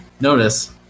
Notice